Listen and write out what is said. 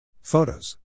Photos